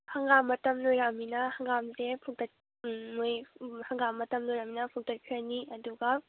ꯍꯪꯒꯥꯝ ꯃꯇꯝ ꯂꯣꯏꯔꯛꯑꯃꯤꯅ ꯍꯪꯒꯥꯝꯁꯦ ꯐꯨꯛꯇꯠ ꯃꯣꯏ ꯍꯪꯒꯥꯝ ꯃꯇꯝ ꯂꯣꯏꯔꯛꯑꯃꯤꯅ ꯐꯨꯛꯇꯠꯈ꯭ꯔꯅꯤ ꯑꯗꯨꯒ